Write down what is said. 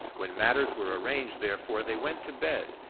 when matters were arranged, therefore, they went to bed,